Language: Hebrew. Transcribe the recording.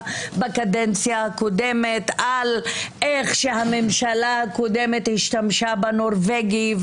בקדנציה הקודמת איך הממשלה הקודמת השתמשה בנורבגי,